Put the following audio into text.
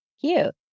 Cute